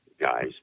guys